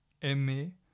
Aimer